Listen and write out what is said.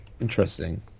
Interesting